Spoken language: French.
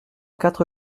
quatre